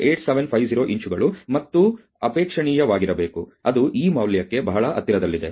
8750 ಇಂಚುಗಳು ಮತ್ತು ಅಪೇಕ್ಷಣೀಯವಾಗಿರಬೇಕು ಅದು ಈ ಮೌಲ್ಯಕ್ಕೆ ಬಹಳ ಹತ್ತಿರದಲ್ಲಿದೆ